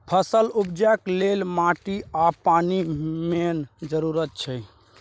फसल उपजेबाक लेल माटि आ पानि मेन जरुरत छै